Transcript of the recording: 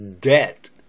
Debt